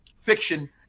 fiction